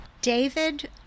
David